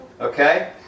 okay